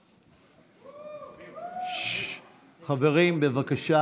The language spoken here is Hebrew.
(חותם על ההצהרה) חברים, בבקשה